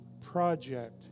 project